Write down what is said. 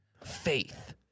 Faith